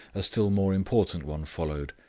a still more important one followed.